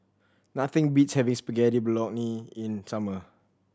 nothing beats having Spaghetti Bolognese in summer